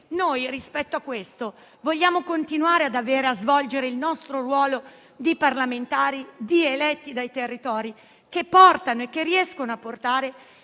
rispetto al quale vogliamo continuare a svolgere il nostro ruolo di parlamentari eletti dai territori, che riescono a portare